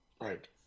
right